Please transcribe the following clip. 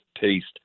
taste